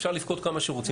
אפשר לבכות כמה שרוצים,